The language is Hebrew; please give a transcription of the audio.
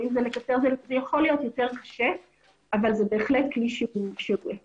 לקצר דיון מה שיכול להיות יותר קשה אבל זה בהחלט כלי שהוא אפשרי.